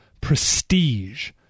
prestige